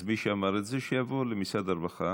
אז מי שאמר את זה, שיבוא למשרד הרווחה